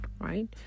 right